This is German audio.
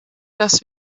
dass